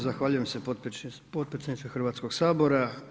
Zahvaljujem se potpredsjedniče Hrvatskoga sabora.